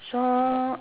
sho~